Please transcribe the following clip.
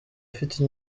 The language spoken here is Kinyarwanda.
afite